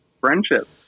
friendship